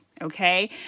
okay